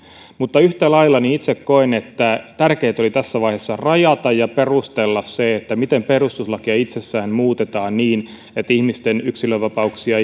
mutta yhtä lailla itse koen että tärkeätä oli tässä vaiheessa rajata ja perustella se miten perustuslakia itsessään muutetaan niin että ihmisten yksilönvapauksia